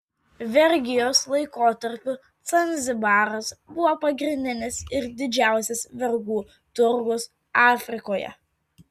vergijos laikotarpiu zanzibaras buvo pagrindinis ir didžiausias vergų turgus afrikoje